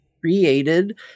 created